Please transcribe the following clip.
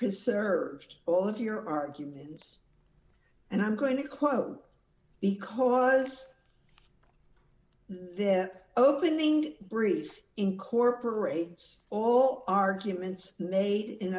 preserved all of your arguments and i'm going to quote because their opening brief incorporates all arguments made in